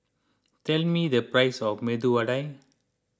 tell me the price of Medu Vada